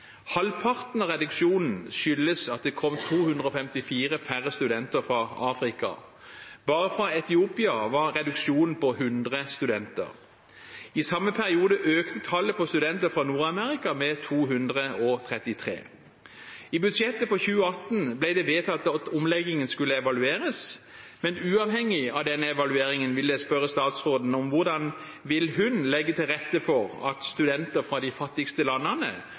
Halvparten av reduksjonen skyldes at det kom 254 færre studenter fra Afrika. Bare fra Etiopia var reduksjonen på 100 studenter. I samme periode økte tallet på studenter fra Nord-Amerika med 233. I budsjettet for 2018 ble det vedtatt at omleggingen skulle evalueres, men uavhengig av denne evalueringen vil jeg spørre statsråden om hvordan hun vil legge til rette for at studenter fra de fattigste landene